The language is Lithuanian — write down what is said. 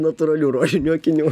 natūralių rožinių akinių